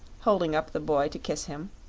holding up the boy to kiss him.